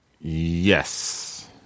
Yes